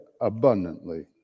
abundantly